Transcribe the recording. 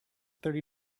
thirty